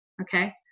okay